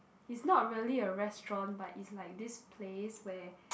it's not really a restaurant but it's like this place where